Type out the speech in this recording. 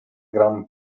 gran